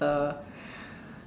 uh